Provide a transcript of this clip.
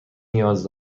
نیاز